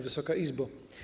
Wysoka Izbo!